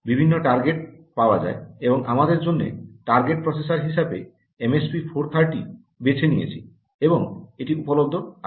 বিভিন্ন টার্গেট পাওয়া যায় এবং আমাদের জন্য টার্গেট প্রসেসর হিসাবে এমএসপি 430 বেছে নিয়েছি এবং এটি উপলব্ধ আছে